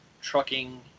trucking